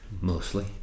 mostly